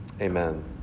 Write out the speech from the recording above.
Amen